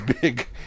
big